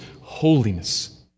holiness